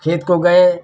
खेत को गए